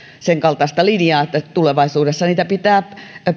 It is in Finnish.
senkaltaista linjaa että tulevaisuudessa niitä pitää